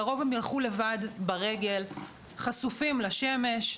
לרוב הם ילכו לבד, ברגל, חשופים לשמש,